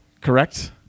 correct